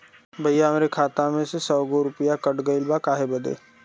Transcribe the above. भईया हमरे खाता मे से सौ गो रूपया कट गइल बा काहे बदे?